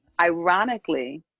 Ironically